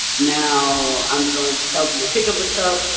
now i'm going to tell them to pick up the cup.